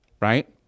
right